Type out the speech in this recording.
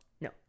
No